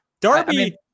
Darby